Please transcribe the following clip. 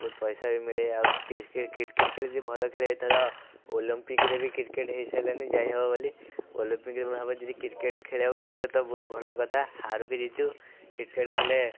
ବହୁତ ପଇସା ବି ମିଳେ ଆଉ କିକ୍ରେଟ୍ କିକ୍ରେଟ୍ ଖେଳି ଯିଏ ଭଲ ଖେଳିବ ଏଥର ଅଲମ୍ପିକ୍ରେ ବି କିକ୍ରେଟ୍ ହେଇସାରିଲାଣି ଯାଇ ହବ ବୋଲି ଅଲମ୍ପିକ୍ ଭାବ ଯଦି କିକ୍ରେଟ୍ ଖେଳିବାକୁ ମିଳିବ ତ ବହୁତ ଭଲ କଥା ହାରୁ କି ଜିତୁ କିକ୍ରେଟ୍ ଖେଳିଲେ